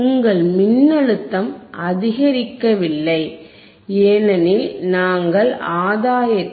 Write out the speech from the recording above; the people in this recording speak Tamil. உங்கள் மின்னழுத்தம் அதிகரிக்கவில்லை ஏனெனில் நாங்கள் ஆதாயத்தை 0